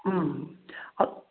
ம்